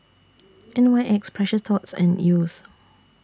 N Y X Precious Thots and Yeo's